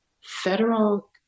federal